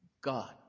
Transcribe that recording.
God